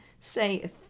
say